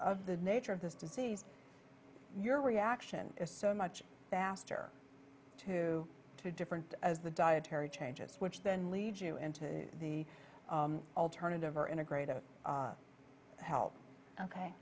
of the nature of this disease your reaction is so much faster to two different as the dietary changes which then lead you into the alternative or integrated help ok